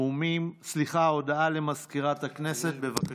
הודעה למזכירת הכנסת, בבקשה.